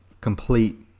complete